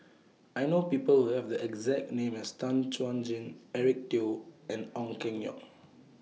I know People Who Have The exact name as Tan Chuan Jin Eric Teo and Ong Keng Yong